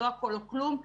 לא הכול או כלום,